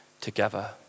together